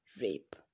rape